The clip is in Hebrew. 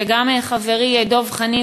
וגם חברי דב חנין,